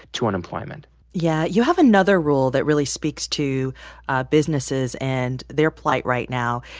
to unemployment yeah. you have another rule that really speaks to businesses and their plight right now.